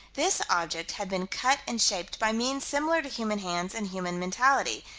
this object had been cut and shaped by means similar to human hands and human mentality.